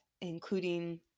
including